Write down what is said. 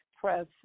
press